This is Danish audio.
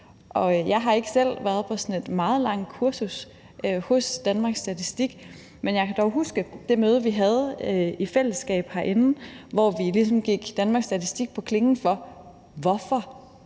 Jeg har ikke selv været på sådan et meget langt kursus hos Danmarks Statistik, men jeg kan dog huske det møde, vi havde i fællesskab herinde, hvor vi ligesom gik Danmarks Statistik på klingen og spurgte: